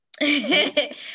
Hey